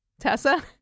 Tessa